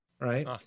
right